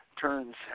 turns